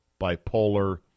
bipolar